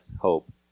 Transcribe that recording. hope